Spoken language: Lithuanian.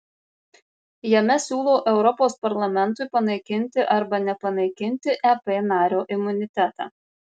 jame siūlo europos parlamentui panaikinti arba nepanaikinti ep nario imunitetą